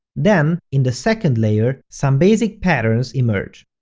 then in the second layer, some basic patterns emerge.